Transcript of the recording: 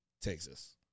Texas